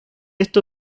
esto